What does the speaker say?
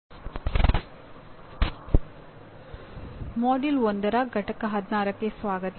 ಈಗ 2015ರಿಂದ ಉನ್ನತ ಶಿಕ್ಷಣದಲ್ಲಿ ಪ್ರಮುಖ ಬದಲಾವಣೆಗಳಾಗಿವೆ